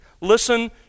Listen